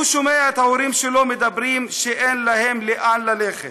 הוא שומע את ההורים שלו מדברים שאין להם לאן ללכת,